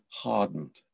hardened